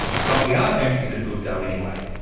but we're going to give it a good go anyway.